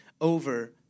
over